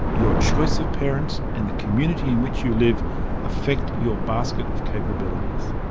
your choice of parents and the community in which you live affect your basket of capabilities.